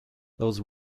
those